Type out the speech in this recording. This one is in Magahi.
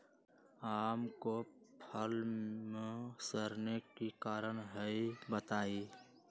आम क फल म सरने कि कारण हई बताई?